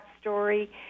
story